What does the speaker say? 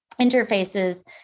interfaces